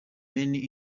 many